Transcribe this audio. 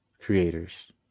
creators